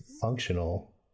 functional